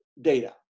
data